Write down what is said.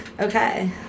Okay